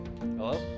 Hello